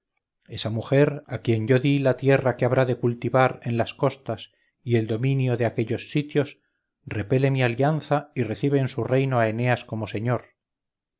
esa mujer a quien yo di la tierra que habrá de cultivar en las costas y el dominio de aquellos sitios repele mi alianza y recibe en su reino a eneas como señor